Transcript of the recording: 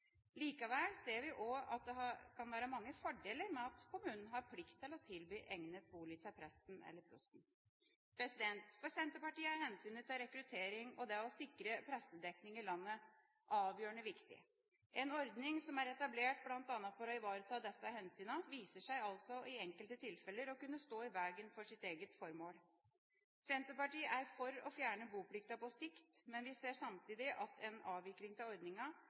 Likevel ser vi også at det kan være mange fordeler med at kommunene har plikt til å tilby egnet bolig til presten eller prosten. For Senterpartiet er hensynet til rekruttering og det å sikre prestedekningen i landet avgjørende viktig. En ordning som er etablert bl.a. for å ivareta disse hensynene, viser seg altså i enkelte tilfeller å kunne stå i vegen for sitt eget formål. Senterpartiet er for å fjerne boplikten på sikt. Men vi ser samtidig at en avvikling av